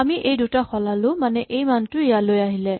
আমি এই দুটা সলালো মানে এই মানটো ইয়ালৈ আহিলে